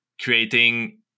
creating